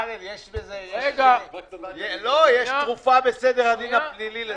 בצלאל, יש לזה תרופה בסדר הדין הפלילי.